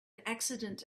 accident